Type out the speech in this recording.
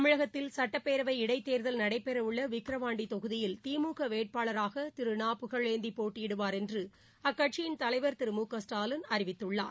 தமிழகத்தில் சுட்டப்பேரவை இடைத்தேர்தல் நடைபெறவுள்ள விக்ரவாண்டி தொகுதியில் திமுக வேட்பாளராக திரு நா புகழேந்தி போட்டியிடுவார் என்று அக்கட்சியின் தலைவர் திரு மு க ஸ்டாலின் அறிவித்துள்ளார்